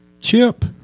Chip